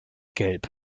gelb